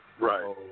Right